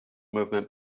movement